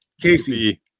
Casey